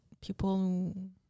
people